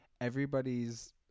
everybody's